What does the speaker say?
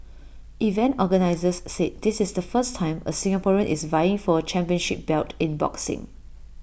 event organisers said this is the first time A Singaporean is vying for A championship belt in boxing